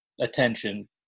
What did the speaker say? attention